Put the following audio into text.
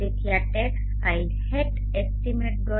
તેથી આ text file hat estimate